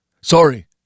sorry